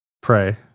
pray